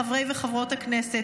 חברי וחברות הכנסת,